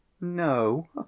no